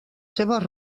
seves